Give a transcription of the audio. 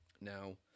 now